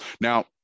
Now